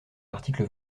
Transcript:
l’article